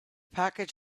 package